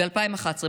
ב-2011.